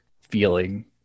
feeling